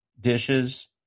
dishes